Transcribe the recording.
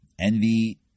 Envy